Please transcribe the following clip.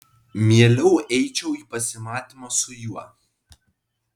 mieliau eičiau į pasimatymą su juo